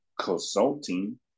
consulting